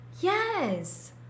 Yes